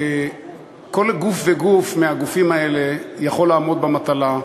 כל גוף וגוף מהגופים האלה יכול לעמוד במטלה,